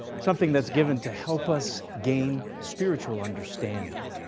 something that's given to help us gain spiritual understanding.